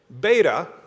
beta